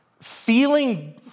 Feeling